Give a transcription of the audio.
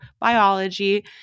biology